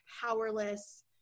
powerless